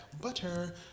butter